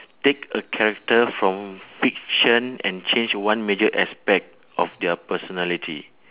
take a character from fiction and change one major aspect of their personality